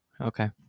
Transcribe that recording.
okay